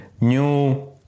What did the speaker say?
new